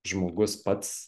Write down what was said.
žmogus pats